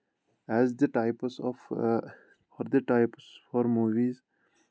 as the types of for the types for movies